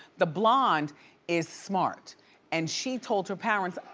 the blonde is smart and she told her parents,